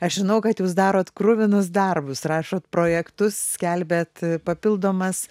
aš žinau kad jūs darot kruvinus darbus rašot projektus skelbiat papildomas